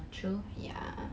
true